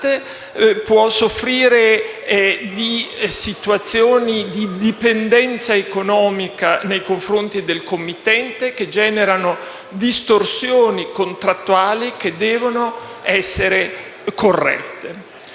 dominante a situazioni di dipendenza economica nei confronti del committente, da cui derivano distorsioni contrattuali che devono essere corrette.